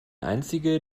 einzige